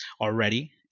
already